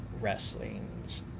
Wrestling's